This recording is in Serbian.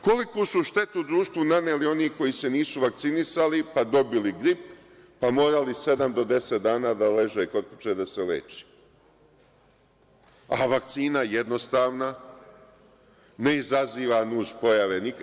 Koliko su štetu društvu naneli oni koji se nisu vakcinisali pa dobili grip, pa morali sedam do deset dana da leže kod kuće da se leče, a vakcina jednostavna, ne izaziva nus pojave.